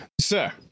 sir